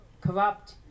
corrupt